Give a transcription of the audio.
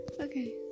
Okay